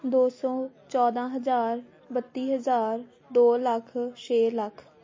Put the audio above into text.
ਦੋ ਸੌ ਚੌਦ੍ਹਾਂ ਹਜ਼ਾਰ ਬੱਤੀ ਹਜ਼ਾਰ ਦੋ ਲੱਖ ਛੇ ਲੱਖ